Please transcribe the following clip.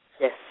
Yes